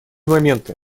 моменты